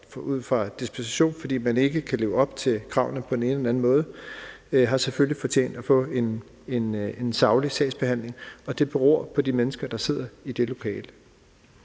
ud fra en dispensation, fordi man ikke kan leve op til kravene på den ene eller den anden måde, selvfølgelig har fortjent at få en saglig sagsbehandling, og det beror på de mennesker, der sidder i det lokale.